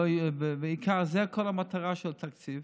בעיקר זו כל המטרה של התקציב.